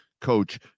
coach